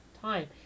time